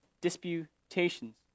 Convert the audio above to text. disputations